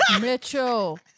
Mitchell